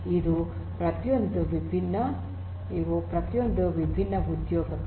ಇವು ಪ್ರತಿಯೊಂದು ವಿಭಿನ್ನ ಉದ್ಯೋಗಗಳು